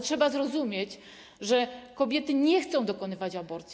Trzeba zrozumieć, że kobiety nie chcą dokonywać aborcji.